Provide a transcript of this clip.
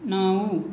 नऊ